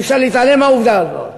אי-אפשר להתעלם מהעובדה הזאת.